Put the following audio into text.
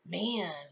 man